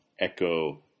Echo